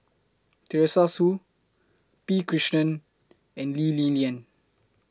Teresa Hsu P Krishnan and Lee Li Lian